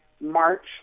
March